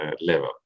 level